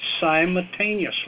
simultaneously